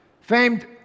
famed